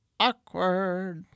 Awkward